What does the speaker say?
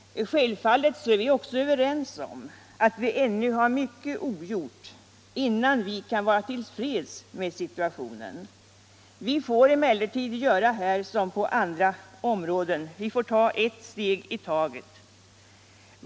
Självfallet är vi också överens om att vi ännu har mycket ogjort innan vi kan vara till freds med situationen. Vi får emellertid göra här som på andra områden — vi får ta ett steg .i taget.